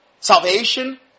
Salvation